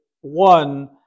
one